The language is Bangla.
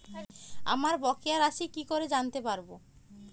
আমার বকেয়া রাশি কি করে জানতে পারবো?